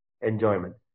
enjoyment